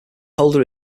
holder